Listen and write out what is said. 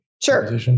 Sure